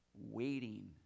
waiting